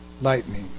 lightning